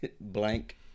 Blank